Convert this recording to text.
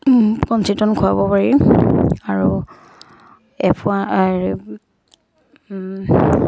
খুৱাব পাৰি আৰু এফ ওৱাৰ